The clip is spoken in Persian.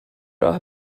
راه